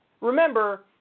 remember